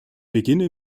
beginne